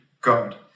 God